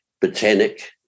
Botanic